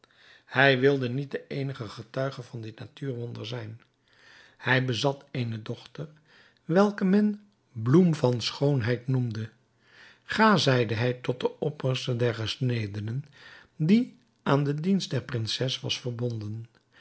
hij wilde niet de eenige getuige van dit natuurwonder zijn hij bezat eene dochter welke men bloem van schoonheid noemde ga zeide hij tot den opperste der gesnedenen die aan de dienst der prinses was verbonden